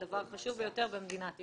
הדבר החשוב ביותר במדינת ישראל.